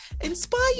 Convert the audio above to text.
inspire